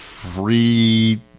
Free